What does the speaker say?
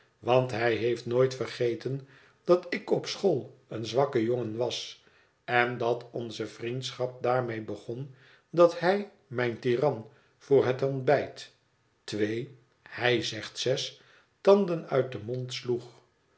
want hij heeft nooit vergeten dat ik op school een zwakke jongen was en dat onze vriendschap daarmee begon dat hij mijn tiran voor het ontbijt twee hij zegt zes tanden uit den mond sloeg